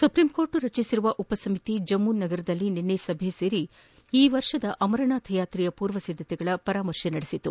supreme court ರಚಿಸಿರುವ ಉಪಸಮಿತಿ ಜಮ್ನುವಿನಲ್ಲಿ ನಿನ್ನೆ ಸಭೆ ಸೇರಿ ಅಮರನಾಥ ಯಾತ್ರೆಯ ಪೂರ್ವ ಸಿದ್ದತೆಗಳ ಪರಾಮರ್ಶೆ ನಡೆಸಿತು